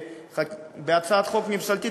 בהצעת חוק ממשלתית,